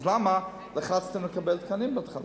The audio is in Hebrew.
אז למה בכלל רציתם לקבל תקנים בהתחלה?